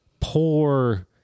poor